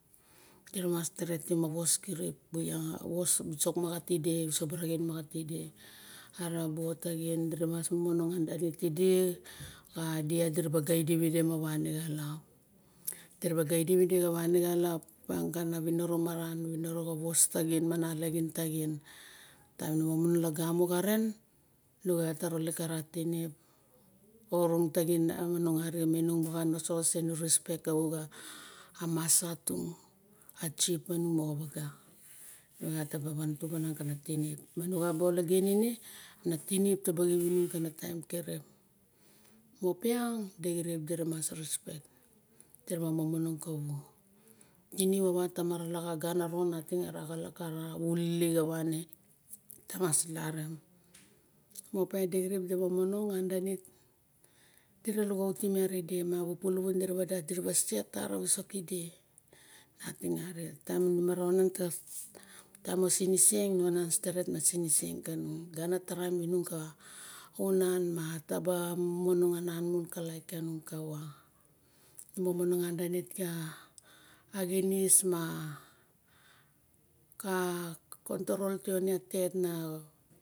Dira mas stretim a woskirip abu wos maxat tide a wisok abaraxain maxat tide a bu yoaxin diramas monong arixem idi. A idiat diraba gaidim ide ma wane xalap. Opiang kana winiro maran a einiro xa wos taxin. Taim nu monong karen nu caiot ta rolep kara tinip. A orong taxin na manong arixem inung. Mona osoxo nu osen a respect ka waga. A masa tung. A tsip panung moxa waga nu xaiot tawa nan tup kana tirip. Ma nu xaba ologen ine na tinip taba ilep inung kara taim kirip. Ma opiang ide cirip diramas repek. Diraba manong kawu. Tinip awa tamara laxa gana ron nating a xaslap kava wunilik o wane? Tamax larim ma opa ide cirip dira manong andanit dira lukautim iat ide. Miang a bu puluwun dira wandas diraba se tata ra wisok kide. Taim mu raunim ka taim moxa sinisen inu onan steret masiniseng kaung. Ganataraim inung onan mataba manong ananmon ka laik kanung kawa monong andanit ka a xinis ma ka control te ione? Tet na